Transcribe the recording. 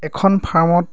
এখন ফাৰ্মত